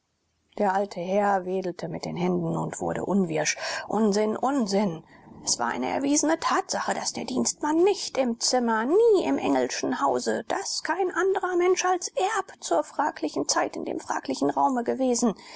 der alte herr wedelte mit den händen und wurde unwirsch unsinn unsinn es war eine erwiesene tatsache daß der dienstmann nicht im zimmer nie im engelschen hause daß kein andrer mensch als erb zur fraglichen zeit in dem fraglichen raume gewesen